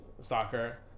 soccer